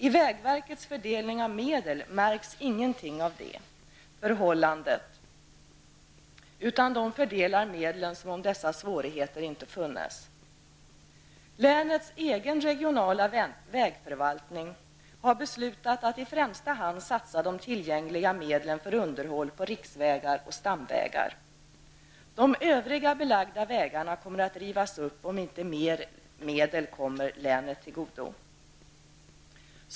I vägverkets fördelning av medel märks ingenting av detta förhållande, utan verket fördelar medlen som om dessa svårigheter inte fanns. Länets egen regionala vägförvaltning har beslutat att i första hand satsa de tillgängliga medlen för underhåll på riksvägar och stamvägar. De övriga belagda vägarna kommer att rivas upp, om inte mer medel kommer till länet.